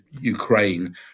Ukraine